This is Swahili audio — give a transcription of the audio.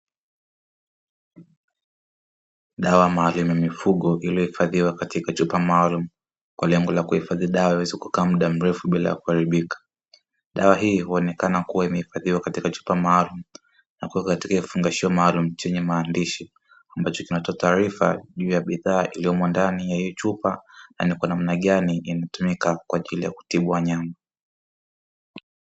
Dawa maalumu ya mifugo iliyohifadhiwa katika chupa maalumu kwa lengo la kuhifadhi dawa iweze kukaa muda mrefu bila kuharibika. Dawa hii huonekana kuwa imehifadhiwa katika chupa maalumu na kuwekwa katika vifungashio maalumu chenye maandishi, ambacho kinatoa taarifa juu ya bidhaa iliyomo ndani ya hiyo chupa na ni kwa namna gani inatumika kwa ajili ya kutibu wanyama.